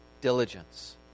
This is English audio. diligence